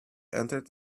entered